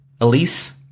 Elise